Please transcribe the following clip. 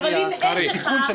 זה תיקון של --- חבר הכנסת קרעי,